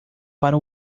para